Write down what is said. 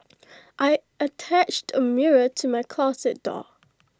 I attached A mirror to my closet door